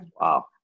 Wow